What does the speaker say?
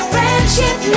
Friendship